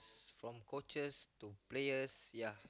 is from coaches to players ya